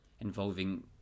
involving